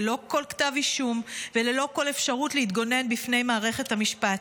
ללא כל כתב אישום וללא כל אפשרות להתגונן בפני מערכת המשפט.